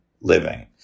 living